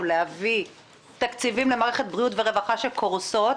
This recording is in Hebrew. להביא תקציבים למערכת בריאות ורווחה שקורסות,